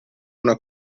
una